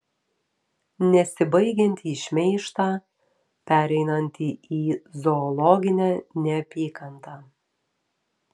nesibaigiantį šmeižtą pereinantį į zoologinę neapykantą